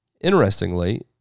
Interestingly